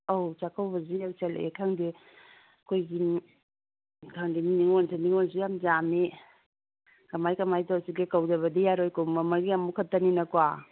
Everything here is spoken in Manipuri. ꯑꯧ ꯆꯥꯛꯀꯧꯕꯗꯤ ꯌꯧꯁꯤꯜꯂꯛꯂꯦ ꯈꯪꯗꯦ ꯑꯩꯈꯣꯏꯒꯤ ꯈꯪꯗꯦ ꯅꯤꯡꯉꯣꯜꯁꯨ ꯌꯥꯝ ꯌꯥꯝꯏ ꯀꯃꯥꯏꯅ ꯀꯃꯥꯏꯅ ꯇꯧꯁꯤꯒꯦ ꯀꯧꯗꯕꯗꯤ ꯌꯥꯔꯣꯏ ꯀꯨꯝ ꯑꯃꯒꯤ ꯑꯃꯨꯛ ꯈꯛꯇꯅꯤꯅꯀꯣ